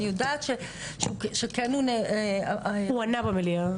אני יודעת שכן --- הוא ענה במליאה.